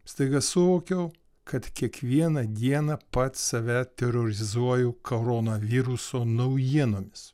staiga suvokiau kad kiekvieną dieną pats save terorizuoju karonoviruso naujienomis